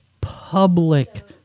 public